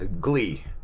Glee